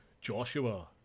Joshua